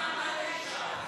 לוועדה למעמד האישה.